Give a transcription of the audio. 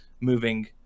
moving